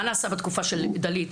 מה נעשה בתקופה של דלית,